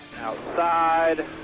Outside